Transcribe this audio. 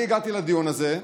אני הגעתי לדיון הזה,